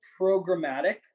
programmatic